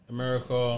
America